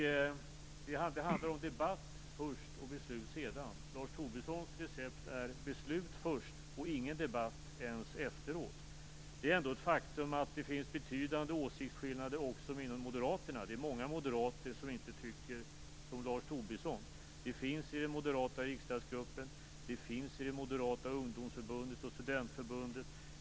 Det handlar om debatt först och beslut sedan. Lars Tobissons recept är beslut först och ingen debatt ens efteråt. Det är ändå ett faktum att det finns betydande åsiktsskillnader också inom Moderaterna. Det är många moderater som inte tycker som Lars Tobisson. De finns i den moderata riksdagsgruppen, och de finns i Moderata ungdomsförbundet och studentförbundet.